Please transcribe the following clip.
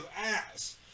ass